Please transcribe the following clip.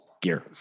gear